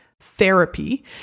therapy